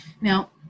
now